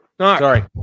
Sorry